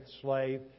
slave